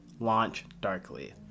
LaunchDarkly